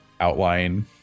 outline